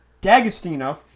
D'Agostino